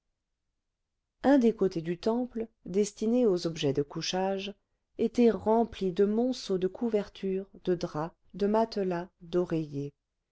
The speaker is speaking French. un des côtés du temple destiné aux objets de couchage était rempli de monceaux de couvertures de draps de matelas d'oreillers